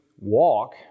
walk